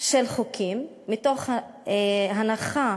של חוקים מתוך הנחה,